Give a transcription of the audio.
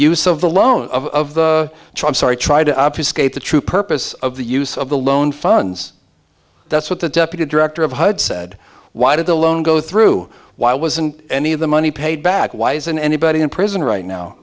use of the loan of the tribe sorry try to obfuscate the true purpose of the use of the loan funds that's what the deputy director of hud said why did the loan go through why wasn't any of the money paid back why isn't anybody in prison right now